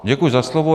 Děkuji za slovo.